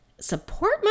support